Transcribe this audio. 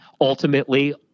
ultimately